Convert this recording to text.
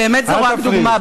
באמת זאת רק דוגמה,